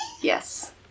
Yes